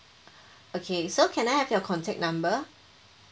okay so can I have your contact number